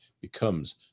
becomes